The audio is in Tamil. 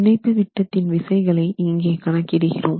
பிணைப்பு விட்டத்தின் விசைகளை இங்கே கணக்கிடுகிறோம்